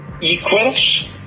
equals